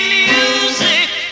music